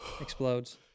explodes